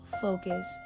focus